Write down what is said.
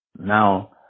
now